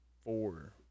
four